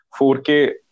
4K